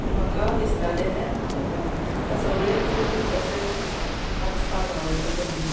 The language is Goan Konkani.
म्हाका दिसतालें म्हाका सगळेंच बूक अशें वाचपाक आवडटलें म्हणून